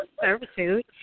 servitude